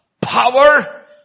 power